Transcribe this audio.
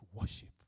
worship